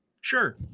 sure